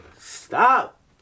Stop